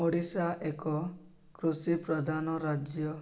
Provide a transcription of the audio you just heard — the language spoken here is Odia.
ଓଡ଼ିଶା ଏକ କୃଷିପ୍ରଧାନ ରାଜ୍ୟ